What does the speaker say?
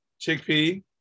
chickpea